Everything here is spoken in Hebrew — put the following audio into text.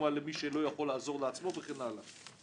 תרומה למי שלא יכול לעזור לעצמו וכן הלאה.